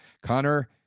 Connor